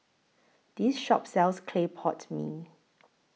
This Shop sells Clay Pot Mee